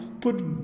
put